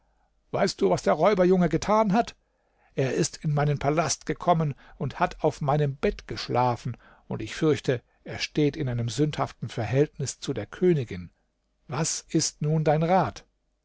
weißt du was der räuberjunge getan hat er ist in meinen palast gekommen und hat auf meinem bett geschlafen und ich fürchte er steht in einem sündhaften verhältnis zu der königin was ist nun dein rat